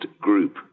group